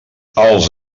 els